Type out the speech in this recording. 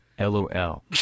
LOL